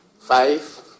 five